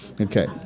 Okay